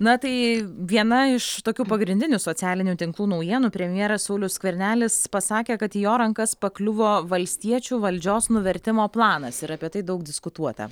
na tai viena iš tokių pagrindinių socialinių tinklų naujienų premjeras saulius skvernelis pasakė kad į jo rankas pakliuvo valstiečių valdžios nuvertimo planas ir apie tai daug diskutuota